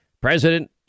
President